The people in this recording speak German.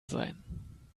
sein